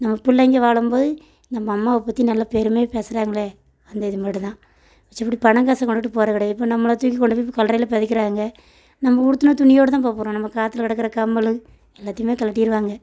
நம்ம பிள்ளைங்க வாழும்போது நம்ம அம்மாவை பற்றி நல்லா பெருமையாக பேசுகிறாங்களே அந்த இது மட்டும் தான் மிச்சபடி பணம் காசை கொண்டுட்டு போகிறது கிடையாது இப்போ நம்மளை தூக்கி கொண்டு போய் கல்றையில் புதைக்கிறாங்க நம்ம உடுத்தின துணியோடு தான் போக போகிறோம் நம்ம காதில் கிடக்குற கம்மல் எல்லாத்தையும் கழட்டிருவாங்க